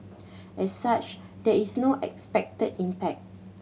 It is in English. as such there is no expected impact